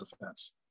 defense